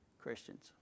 christians